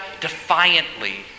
defiantly